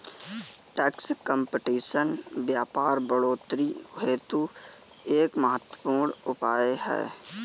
tax competition व्यापार बढ़ोतरी हेतु एक महत्वपूर्ण उपाय है